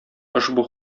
ошбу